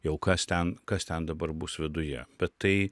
jau kas ten kas ten dabar bus viduje bet tai